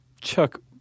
Chuck